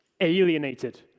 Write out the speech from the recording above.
alienated